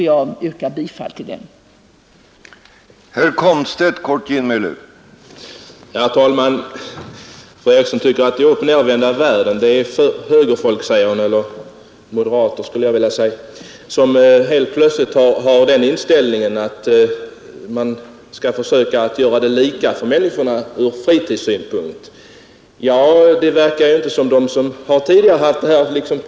Jag yrkar bifall till utskottets hemställan.